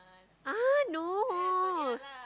ah no